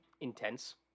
Intense